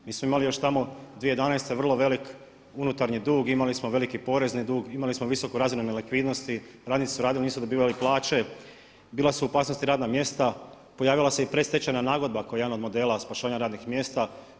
Mi smo imali još tamo 2011. vrlo velik unutarnji dug, imali smo veliki porezni dug, imali smo visoku razinu nelikvidnosti, radnici su radili a nisu dobivali plaće, bila su u opasnosti radna mjesta, pojavila se i predstečajna nagodba kao jedan od modela spašavanja radnih mjesta.